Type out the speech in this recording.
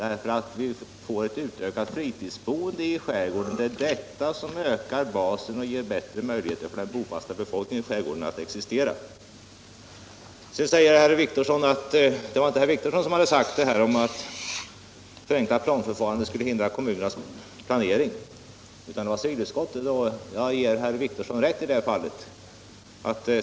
På så sätt får vi ett utökat fritidsboende i skärgården, och detta ökar basen och ger större möjligheter för den bosatta befolkningen att existera. Sedan säger herr Wictorsson att det inte var han som sagt att der tänkta planförfarandet skulle hindra kommunerna i deras planering, utan civilutskottet. Jag ger herr Wictorsson rätt i detta.